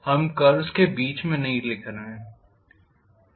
हम कर्व्स के बीच में नहीं लिख रहे हैं